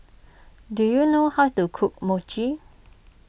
do you know how to cook Mochi